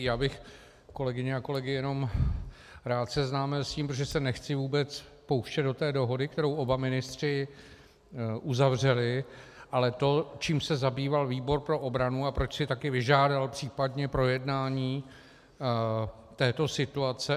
Já bych kolegyně a kolegy jenom rád seznámil s tím, protože se nechci vůbec pouštět do té dohody, kterou oba ministři uzavřeli, ale to, čím se zabýval výbor pro obranu a proč si také vyžádal případně projednání této situace.